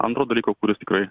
antro dalyko kuris tikrai